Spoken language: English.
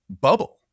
bubble